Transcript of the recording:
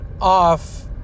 off